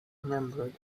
remembered